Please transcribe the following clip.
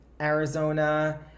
Arizona